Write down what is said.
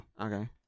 Okay